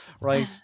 Right